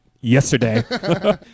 yesterday